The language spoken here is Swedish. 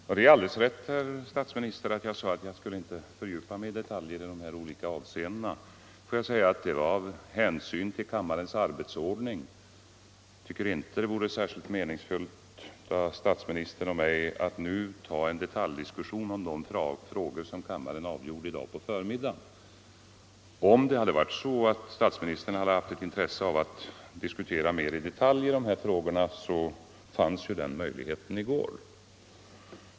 Herr talman! Det är alldeles rätt, herr statsminister, att jag sade att jag inte skulle fördjupa mig i detaljer i dessa avseenden. Det var av hänsyn till kammarens arbetsordning. Jag tycker inte det vore särskilt meningsfyllt av statsministern och mig att nu föra en detaljdiskussion om de frågor som kammaren avgjorde i dag på förmiddagen. Om det hade varit så att statsministern haft ett intresse av att diskutera dessa frågor mer i detalj fanns ju den möjligheten i går.